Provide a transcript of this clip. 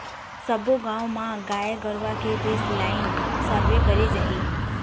सब्बो गाँव म गाय गरुवा के बेसलाइन सर्वे करे जाही